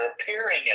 appearing